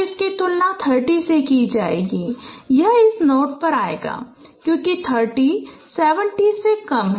अब इसकी तुलना 30 से की जाएगी यह इस नोड पर आएगा क्योंकि 30 70 से कम है